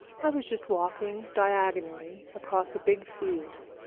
i was just walking diagonally across a big field.